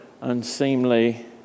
unseemly